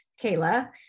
Kayla